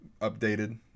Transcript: Updated